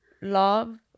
love